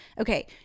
Okay